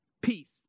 peace